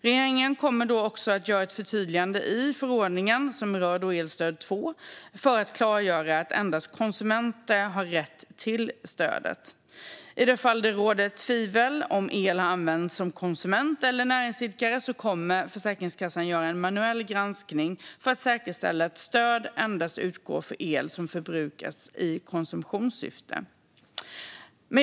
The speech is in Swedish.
Regeringen kommer också att göra ett förtydligande i förordningen som rör elstöd 2 för att klargöra att endast konsumenter har rätt till stödet. I det fall det råder tvivel om elen har använts av konsument eller av näringsidkare kommer Försäkringskassan att göra en manuell granskning för att säkerställa att stöd endast utgår för el som förbrukats i konsumtionssyfte. Fru talman!